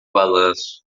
balanço